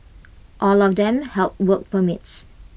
all of them held work permits